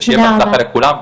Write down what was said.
ושיהיה בהצלחה לכולם.